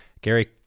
Gary